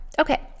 okay